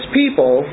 people